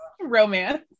Romance